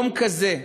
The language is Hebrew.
יום כזה,